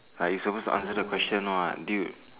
ah you're supposed to answer the question what dude